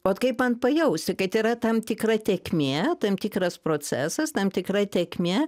ot kaip man pajausti kad yra tam tikra tėkmė tam tikras procesas tam tikra tėkmė